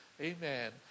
Amen